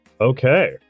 Okay